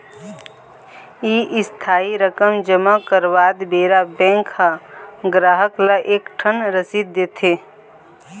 इस्थाई रकम जमा करवात बेरा बेंक ह गराहक ल एक ठन रसीद देथे